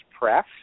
Press